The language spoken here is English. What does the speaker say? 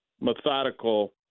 methodical